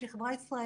שהיא חברה ישראלית,